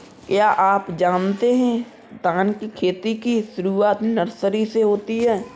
क्या आप जानते है धान की खेती की शुरुआत नर्सरी से होती है?